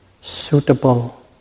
suitable